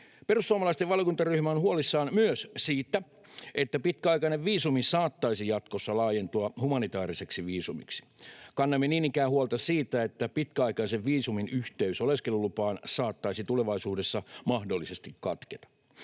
perussuomalaisten valiokuntaryhmä on huolissaan myös siitä, että pitkäaikainen viisumi saattaisi jatkossa laajentua humanitaariseksi viisumiksi. Kannamme niin ikään huolta siitä, että pitkäaikaisen viisumin yhteys oleskelulupaan saattaisi tulevaisuudessa mahdollisesti katketa.